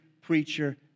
preacher